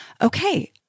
okay